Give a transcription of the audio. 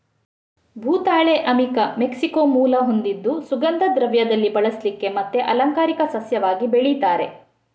ಭೂತಾಳೆ ಅಮಿಕಾ ಮೆಕ್ಸಿಕೋ ಮೂಲ ಹೊಂದಿದ್ದು ಸುಗಂಧ ದ್ರವ್ಯದಲ್ಲಿ ಬಳಸ್ಲಿಕ್ಕೆ ಮತ್ತೆ ಅಲಂಕಾರಿಕ ಸಸ್ಯವಾಗಿ ಬೆಳೀತಾರೆ